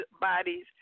bodies